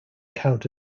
count